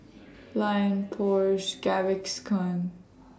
Lion Porsche Gaviscon